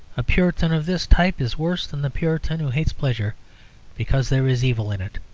a puritan of this type is worse than the puritan who hates pleasure because there is evil in it.